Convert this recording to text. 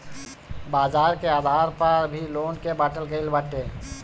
बाजार के आधार पअ भी लोन के बाटल गईल बाटे